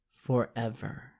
Forever